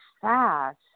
fast